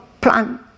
plan